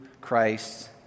Christ